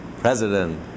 president